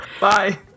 Bye